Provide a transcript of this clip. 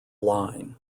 line